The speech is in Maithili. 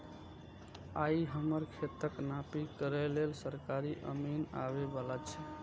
आइ हमर खेतक नापी करै लेल सरकारी अमीन आबै बला छै